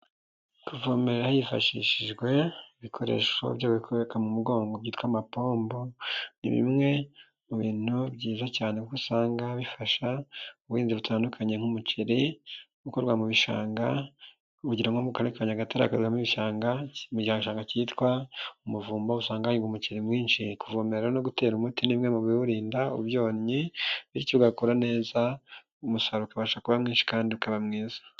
Kuvomera hifashishijwe ibikoresho byo bikoreka mu mugongo byitwa amapombo, ni bimwe mu bintu byiza cyane kuko usanga bifasha ubuhinzi butandukanye nk'umuceri bukorwa mu bishanga urugero nko mu karere ka nyagatagare hagaragaramo ibishanga, mu gishanga kitwa umuvumba usanga hahingwa umuceri mwinshi. Kuvomerera no gutera umuti nimwe mu biwurinda ibyonnyi bityo ugakura neza umusaruro ukabasha kuba mwinshi kandi ukaba mwiza.